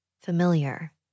familiar